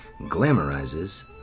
glamorizes